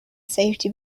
safety